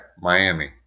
Miami